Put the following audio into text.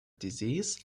disease